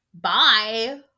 Bye